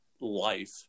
life